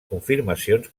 confirmacions